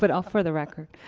but for the record,